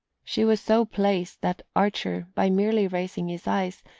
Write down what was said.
she was so placed that archer, by merely raising his eyes,